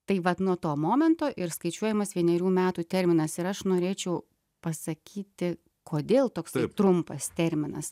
tai vat nuo to momento ir skaičiuojamas vienerių metų terminas ir aš norėčiau pasakyti kodėl toks trumpas terminas